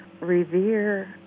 revere